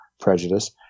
prejudice